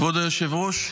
כבוד היושב-ראש,